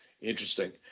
Interesting